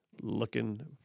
looking